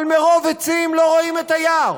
אבל מרוב עצים לא רואים את היער